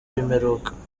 w’imperuka